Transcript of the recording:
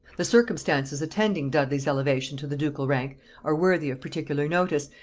the circumstances attending dudley's elevation to the ducal rank are worthy of particular notice,